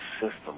system